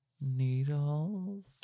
needles